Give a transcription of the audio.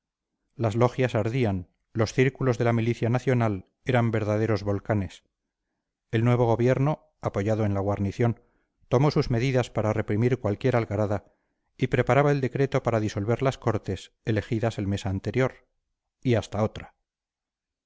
las logias ardían los círculos de la milicia nacional eran verdaderos volcanes el nuevo gobierno apoyado en la guarnición tomó sus medidas para reprimir cualquier algarada y preparaba el decreto para disolver las cortes elegidas el mes anterior y hasta otra